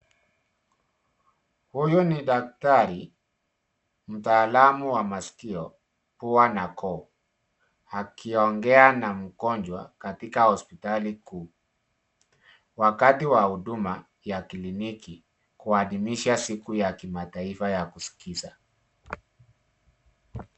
Huyu ni daktari, mtaalamu wa masikio, pua na koo, akiongea na mgonjwa katika hospitali kuu, wakati wa huduma ya kliniki, kuadimisha siku ya kimataifa ya kusikiza.